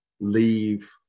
leave